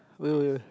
wait wait wait